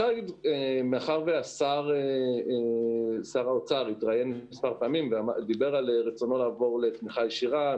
מאחר וששר האוצר התראיין מספר פעמים ודיבר על רצונו לעבור לתמיכה ישירה,